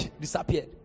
disappeared